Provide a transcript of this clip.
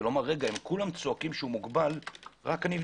ולומר: אם כולם צועקים שהוא מוגבל אבדוק.